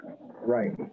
right